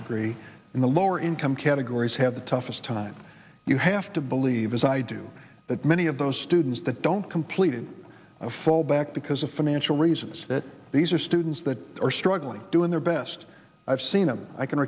degree in the lower income categories have the toughest time you have to believe as i do that many of those students that don't completely fall back because of financial reasons that these are students that are struggling doing their best i've seen them i can